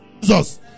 Jesus